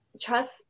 trust